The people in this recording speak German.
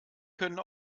können